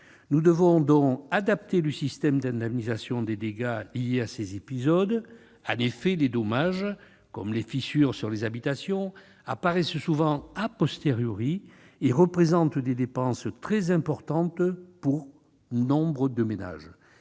Nous devons donc adapter le système d'indemnisation des dégâts liés à ces épisodes. En effet, les dommages, comme les fissures sur les habitations, apparaissent souvent et représentent des dépenses très importantes pour nombre de ménages.